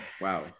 Wow